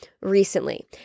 recently